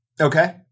Okay